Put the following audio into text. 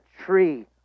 tree